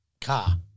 car